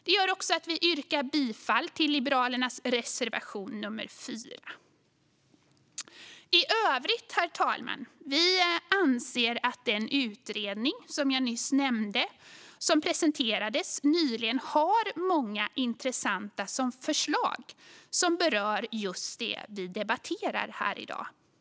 Detta gör att vi yrkar bifall till Liberalernas reservation, nummer 4. Herr talman! I övrigt anser vi att den utredning jag nyss nämnde och som nyligen presenterades har många intressanta förslag som berör just det riksdagen nu debatterar.